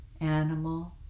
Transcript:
animal